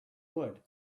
wood